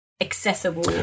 accessible